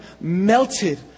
melted